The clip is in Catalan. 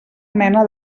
mena